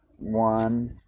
one